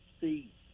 see